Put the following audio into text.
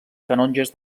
canonges